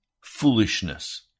foolishness